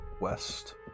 west